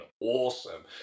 awesome